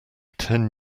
ten